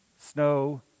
snow